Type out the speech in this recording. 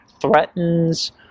threatens